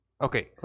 Okay